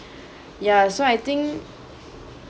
ya so I think